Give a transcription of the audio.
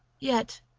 yet,